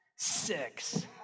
six